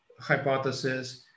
hypothesis